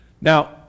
Now